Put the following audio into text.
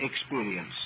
experience